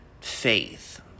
faith